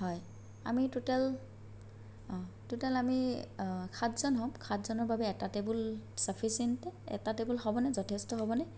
হয় আমি total total আমি সাতজন হ'ম সাতজনৰ বাবে এটা টেবুল চাফিচিয়েণ্ট নে এটা টেবুল হ'বনে যথেষ্ট হ'বনে